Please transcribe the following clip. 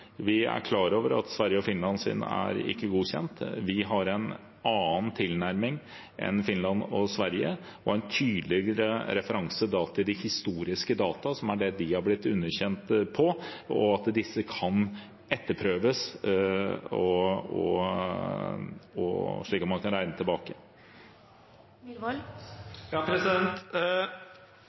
Vi er klar over at Sveriges og Finlands ikke er godkjent. Vi har en annen tilnærming enn Finland og Sverige og en tydeligere referanse til de historiske data – som er det de er blitt underkjent på – og at disse kan etterprøves, slik at man kan regne tilbake.